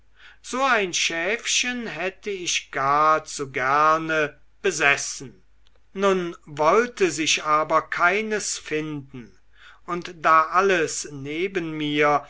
so ein schäfchen hätte ich gar zu gerne besessen nun wollte sich aber keines finden und da alles neben mir